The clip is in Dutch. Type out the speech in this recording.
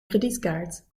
kredietkaart